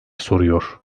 soruyor